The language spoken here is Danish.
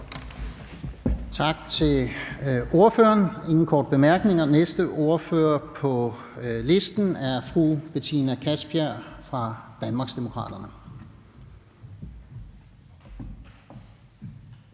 Tak til ordføreren. Der er ingen korte bemærkninger. Næste ordfører er fru Betina Kastbjerg fra Danmarksdemokraterne.